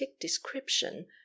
description